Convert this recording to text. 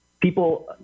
people